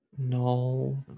no